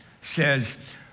says